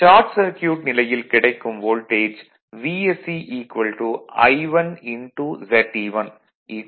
short circuit நிலையில் கிடைக்கும் voltage VSC I1 Ze1 13